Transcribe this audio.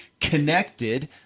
connected